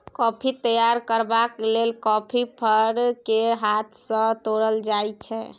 coffee तैयार करबाक लेल कॉफी फर केँ हाथ सँ तोरल जाइ छै